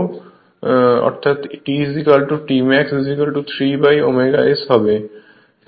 অর্থাৎ T T max 3ω S হবে